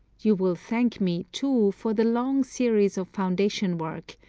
you will thank me, too, for the long series of foundation work,